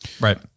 Right